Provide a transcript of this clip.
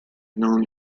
known